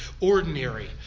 ordinary